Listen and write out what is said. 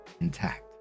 intact